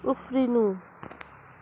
उफ्रिनु